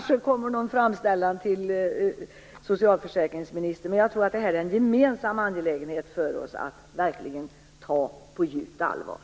Det kommer kanske en framställan till socialförsäkringsministern. Men jag tror att det här är en gemensam angelägenhet för oss att verkligen ta på djupt allvar.